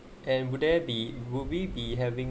and would there be would we be having